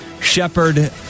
Shepard